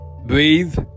Breathe